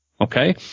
Okay